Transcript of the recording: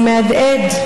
זה מהדהד.